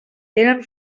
tenen